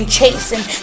chasing